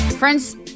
Friends